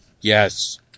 Yes